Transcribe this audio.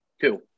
two